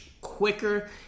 quicker